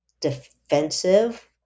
defensive